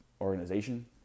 organization